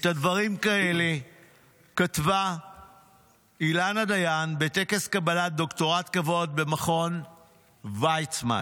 את הדברים האלה כתבה אילנה דיין בטקס קבלת דוקטורט כבוד במכון ויצמן.